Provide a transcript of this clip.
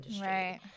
right